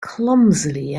clumsily